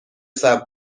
صبر